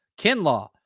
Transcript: Kinlaw